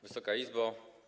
Wysoka Izbo!